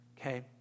Okay